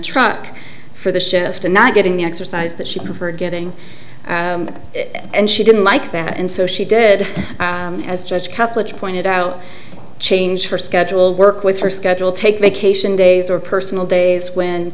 truck for the shift and not getting the exercise that she preferred getting and she didn't like that and so she did as judge catholic pointed out change her schedule work with her schedule take vacation days or personal days when